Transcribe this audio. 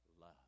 love